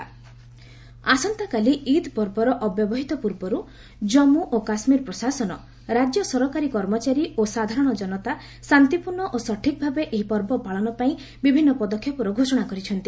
J and K administration ଆସନ୍ତାକାଲି ଇଦ୍ ପର୍ବର ଅବ୍ୟବହିତ ପୂର୍ବରୁ ଜାମ୍ମୁ ଓ କାଶ୍କୀର ପ୍ରଶାସନ ରାଜ୍ୟ ସରକାରୀ କର୍ମଚାରୀ ଓ ସାଧାରଣ ଜନତା ଶାନ୍ତିପୂର୍ଣ୍ଣ ଓ ସଠିକ୍ଭାବେ ଏହି ପର୍ବ ପାଳନ ପାଇଁ ବିଭିନ୍ନ ପଦକ୍ଷେପର ଘୋଷଣା କରିଛନ୍ତି